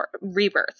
rebirth